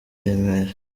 remera